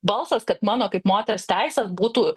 balsas kad mano kaip moters teisės būtų